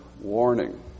warning